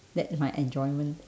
that my enjoyment